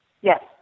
Yes